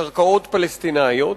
קרקעות פלסטיניות,